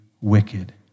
wicked